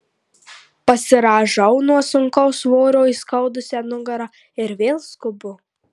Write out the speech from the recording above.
pasirąžau nuo sunkaus svorio įskaudusią nugarą ir vėl skubu